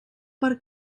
per